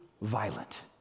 violent